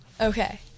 Okay